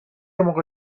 موقع